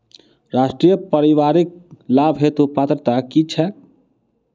राष्ट्रीय परिवारिक लाभ हेतु पात्रता की छैक